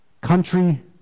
country